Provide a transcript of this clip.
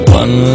one